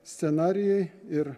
scenarijai ir